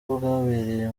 bwabereye